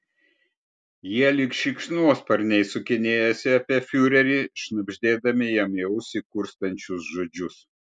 jie lyg šikšnosparniai sukinėjasi apie fiurerį šnabždėdami jam į ausį kurstančius žodžius